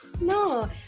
No